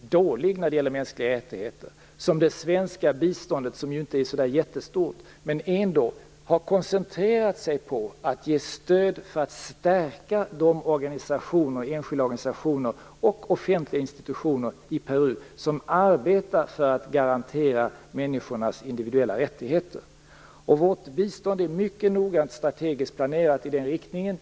dålig när det gäller mänskliga rättigheter som det svenska biståndet, som ju inte är så jättestort, har koncentrerats på att ge stöd för att stärka de enskilda organisationer och offentliga institutioner i Peru som arbetar för att garantera människornas individuella rättigheter. Vårt bistånd är mycket noggrant strategiskt planerat i den riktningen.